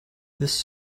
this